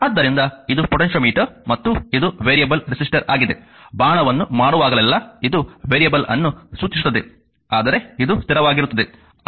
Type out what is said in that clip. ಆದ್ದರಿಂದ ಇದು ಪೊಟೆನ್ಟಿಯೊಮೀಟರ್ ಮತ್ತು ಇದು ವೇರಿಯಬಲ್ ರೆಸಿಸ್ಟರ್ ಆಗಿದೆ ಬಾಣವನ್ನು ಮಾಡುವಾಗಲೆಲ್ಲಾ ಇದು ವೇರಿಯೇಬಲ್ ಅನ್ನು ಸೂಚಿಸುತ್ತದೆ ಆದರೆ ಇದು ಸ್ಥಿರವಾಗಿರುತ್ತದೆ